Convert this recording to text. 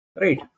Right